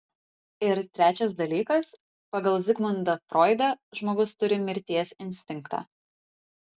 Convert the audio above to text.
ir trečias dalykas pagal zigmundą froidą žmogus turi mirties instinktą